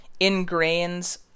ingrains